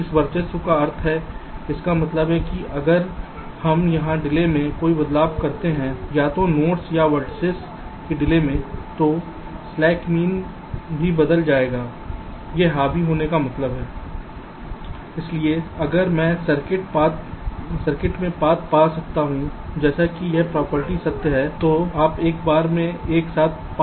इस वर्चस्व का अर्थ क्या है इसका मतलब है कि अगर हम यहां डिले में कोई बदलाव करते हैं या तो नेट्स या वेर्तिसेस की डिले में तो स्लैक मीन भी बदल जाएगा यह हावी होने का मतलब है इसलिए अगर मैं सर्किट में पाथ पा सकता हूं जैसे कि यह प्रॉपर्टी सत्य है तो आप एक बार में एक साथ पाथ पर विचार करते हैं